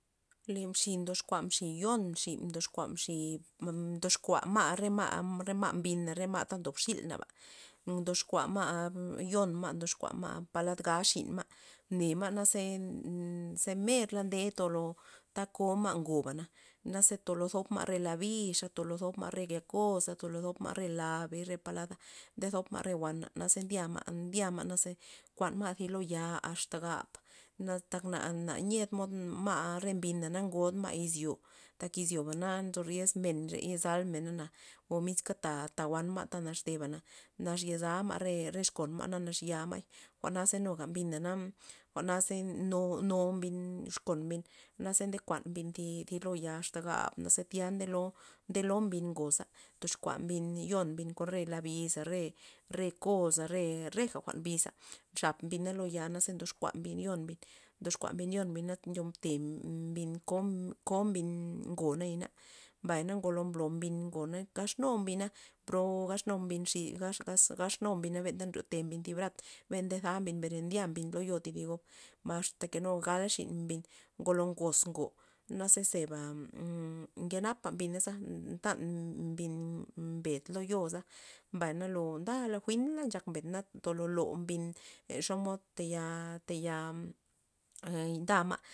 Le mxi mdoxkua mxi yo'n mxi ndox kua mxi mdox kua ma' re ma' re ma' mbina re ma' ta ndob xilnaba' ndoxkua ma' yo'n ma' ndoxkua ma' palad nga xin ma' mne ma' naze mer nde ze nde ta ko' ma'ngoba, naze to lo zop ma' re la bixa' to lo ntop ma're yakoza to lo zop ma' re la ba' re palad nde zop ma re jwa'n, naze ndya ma' ndya ma'ze nkuan ma' zi lo ya' axta gap, na tak na na niedey mod ma' re mbina na ngod ma' izyo tak izyoba na nzo riez men yazal mena na o miska ta- ta jwa'n ma' ta nax tebana yoza ma' re exkon ma' nax ya ma'y mbay jwa'na nuga mbina jwa'naze no- nno mbin exkon mbin, naze nde kuan mbin thi thi lugar axta gab tya ndelo nde lo mbin ngo za ndyoxkua mbin yon mbin kon re la biza re re koza re reja jwa'n biza nchab mbina lo yana ze ndoxkua mbin yon' mbin ndoxkua mbin yon mbin nte ndob te mbin ko mbin ko mbin ngo naya na, mbay na ngolo mblo mbin ngo gaxnubina bro gaxnu xi gax- gax na benta nryote ty brata ben ndeza mbin mbere ya mbin lo yo tigob ma'a axta ke na gal xin mbin ngolo ngoz ngo naze zeba nke napa mbinaza ntan mbin mbed lo yo'za, mbay na lo nda jwi'n la nchak mbed na tolo lo mbin en xomod taya- taya ee nda ma'.